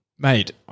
Mate